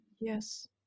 Yes